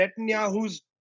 Netanyahu's